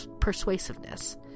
persuasiveness